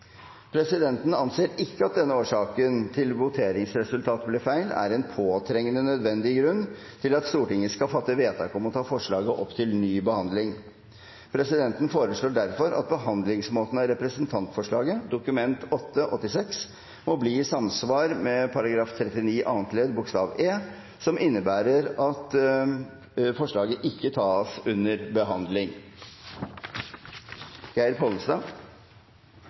Presidenten anser ikke at denne årsaken til at voteringsresultatet ble feil, er en påtrengende nødvendig grunn til at Stortinget skal fatte vedtak om å ta forslaget opp til ny behandling. Presidenten foreslår derfor at behandlingsmåten av representantforslaget, Dokument 8:86 S for 2013–2014, må bli i samsvar med § 39, annet ledd bokstav e, som innebærer at forslaget ikke tas under behandling.